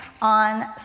on